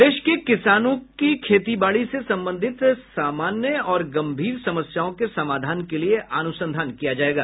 प्रदेश के किसानों की खेती बाड़ी से संबंधित सामान्य और गंभीर समस्याओं के समाधान के लिए अनुसंधान किया जाएगा